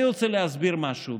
אני רוצה להסביר משהו,